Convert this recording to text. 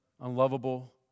unlovable